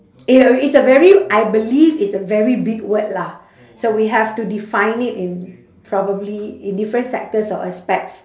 eh it's a very I believe it's a very big word lah so we have to define it in probably in different sectors or aspects